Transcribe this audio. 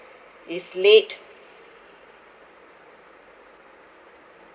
it's late